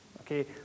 Okay